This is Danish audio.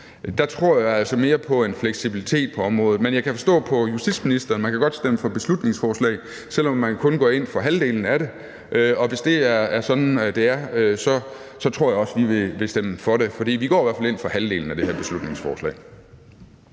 Der tror jeg altså mere på en fleksibilitet på området. Men jeg kan forstå på justitsministeren, at man godt kan stemme for beslutningsforslag, selv om man kun går ind for halvdelen af det. Og hvis det er sådan, det er, tror jeg også, at vi vil stemme for det. For vi går i hvert fald ind for halvdelen af det her beslutningsforslag.